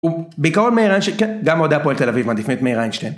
ובעיקרון מאיר אינשטיין , כן, גם אוהדי הפועל תל אביב מעדיפים את מאיר אינשטיין.